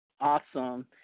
Awesome